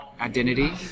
Identity